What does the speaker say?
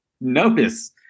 notice